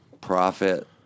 profit